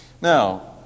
Now